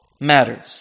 matters